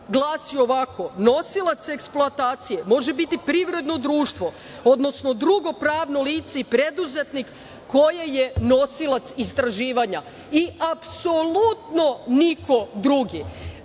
glasi ovako – nosilac eksploatacije može biti privredno društvo, odnosno drugo pravno lice i preduzetnik koje je nosilac istraživanja i apsolutno niko drugi.